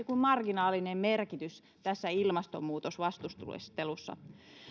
kuin marginaalinen merkitys tässä ilmastonmuutosvastustelussa